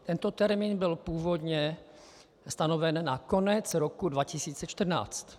Tento termín byl původně stanoven na konec roku 2014.